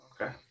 Okay